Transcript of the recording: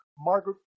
Margaret